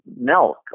milk